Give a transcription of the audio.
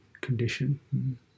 condition